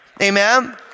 Amen